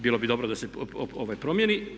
Bilo bi dobro da se promjeni.